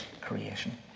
creation